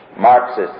Marxist